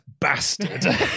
bastard